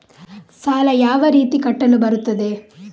ಸಾಲ ಯಾವ ರೀತಿ ಕಟ್ಟಲು ಬರುತ್ತದೆ?